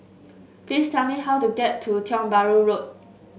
please tell me how to get to Tiong Bahru Road